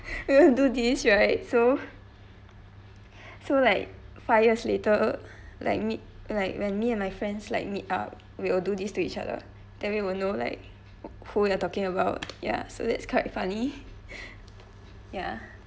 do this right so so like five years later like me like when me and my friends like meet up we will do this to each other then we will know like who you're talking about ya so that's quite funny ya